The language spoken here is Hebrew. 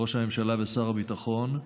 ראש הממשלה ושר הביטחון,